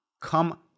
come